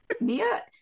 mia